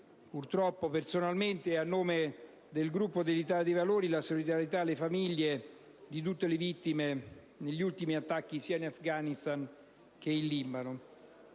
una volta, personalmente e a nome del Gruppo dell'Italia dei Valori, solidarietà alle famiglie di tutte le vittime degli ultimi attacchi avvenuti in Afghanistan e in Libano.